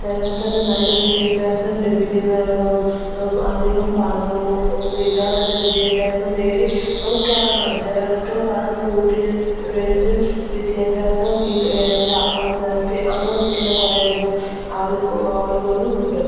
ചിലയിടത്തുതന്നെ നല്ല വിദ്യാഭ്യാസം ലഭിക്കുന്ന ഇടവും അധികം പണവും ഒന്നുമില്ലാതെ തന്നെ വിദ്യാഭ്യാസം നേടി നമുക്കിറങ്ങാം ചിലയിടത്ത് പണം കൂട്ടി മേടിച്ച് വിദ്യാഭ്യാസം വേണ്ട എന്ന തരത്തില് അങ്ങനെ നില്ക്കുന്ന കുറെയധികം ആളുകളുമുണ്ട്